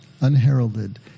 unheralded